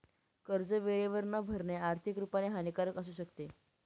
कर्ज वेळेवर न भरणे, आर्थिक रुपाने हानिकारक असू शकते